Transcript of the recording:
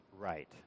right